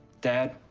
dad.